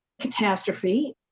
catastrophe